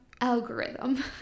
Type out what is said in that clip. algorithm